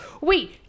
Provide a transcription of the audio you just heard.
wait